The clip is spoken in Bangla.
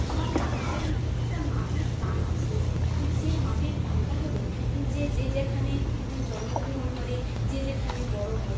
সব মানুষেরই একটা মাটির টান আছে সেই মাটির টানটা হলো যে যে যেখানে জন্মগ্রহণ করে যে যেখানে বড়ো হয়